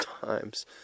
times